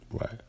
Right